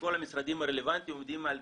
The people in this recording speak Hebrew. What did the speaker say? בכל המשרדים הרלוונטיים, עומדים על